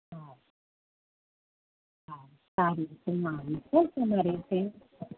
હા હા હા